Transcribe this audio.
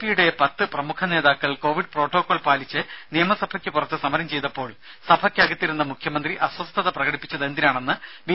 പിയുടെ പത്ത് പ്രമുഖ നേതാക്കൾ കോവിഡ് പ്രോട്ടോക്കോൾ പാലിച്ച് നിയമസഭക്ക് പുറത്ത് സമരം ചെയ്തപ്പോൾ സഭക്കകത്തിരുന്ന് മുഖ്യമന്ത്രി അസ്വസ്ഥത പ്രകടിപ്പിച്ചതെന്തിനാണെന്ന് ബി